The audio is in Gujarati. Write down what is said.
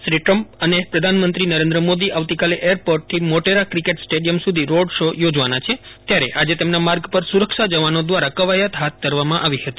શ્રી ટ્રમ્પ અને પ્રધાનમંત્રીએ નરેન્દ્ર મોદી આવતીકાલે એરપોર્ટથી મોટેરા ક્રિકેટ સ્ટેડિયમ સુધી રોડ શો યોજવાના છે ત્યારે આજે તેમના માર્ગ પર સુરક્ષા જવાનો દ્વારા કવાયત ફાથ ધરવામાં આવી ફતી